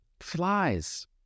Flies